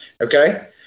okay